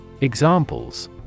Examples